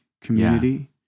community